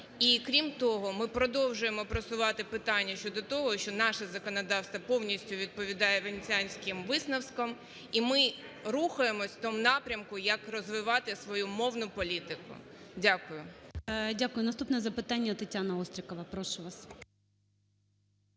крім того, ми продовжуємо просувати питання щодо того, що наше законодавство повністю відповідає Венеціанським висновкам і ми рухаємося у тому напрямку, як розвивати свою мовну політику. Дякую. ГОЛОВУЮЧИЙ. Дякую. Наступне запитання - ТетянаОстрікова. Прошу вас.